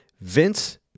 Vince